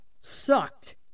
sucked